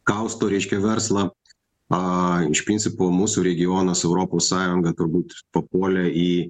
kausto reiškia verslą iš principo mūsų regionas europos sąjungoj turbūt papuolė į